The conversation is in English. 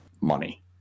money